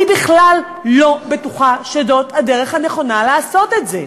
אני בכלל לא בטוחה שזאת הדרך הנכונה לעשות את זה.